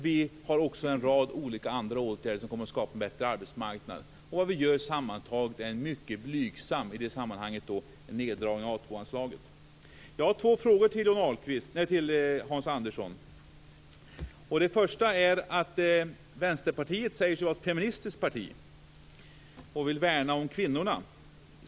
Vi har också en rad andra åtgärder som kommer att skapa en bättre arbetsmarknad. I det sammanhanget gör vi en mycket blygsam neddragning av A 2-anslaget. Jag vill ställa en fråga till Hans Andersson. Vänsterpartiet säger sig vara ett feministiskt parti som vill värna om kvinnorna.